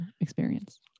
experience